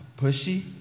Pushy